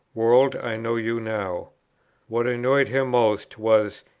world, i know you now what annoyed him most was,